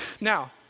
Now